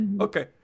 okay